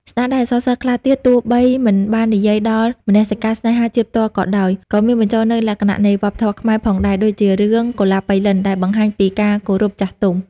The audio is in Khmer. ស្នាដៃអក្សរសិល្ប៍ខ្លះទៀត ទោះបីមិនបាននិយាយដល់មនសិការស្នេហាជាតិផ្ទាល់ក៏ដោយ ក៏មានបញ្ចូលនូវលក្ខណៈនៃវប្បធម៌ខ្មែរផងដែរ ដូចជារឿង «កុលាបប៉ៃលិន» ដែលបង្ហាញពីការគោរពចាស់ទុំ។